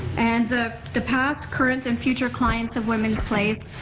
and the the past, current, and future clients of women's place,